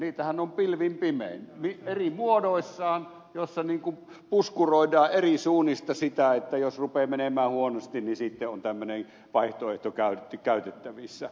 niitähän on pilvin pimein eri muodoissaan joissa puskuroidaan eri suunnista sitä että jos rupeaa menemään huonosti niin sitten on tämmöinen vaihtoehto käytettävissä